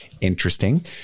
Interesting